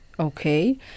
Okay